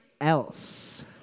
else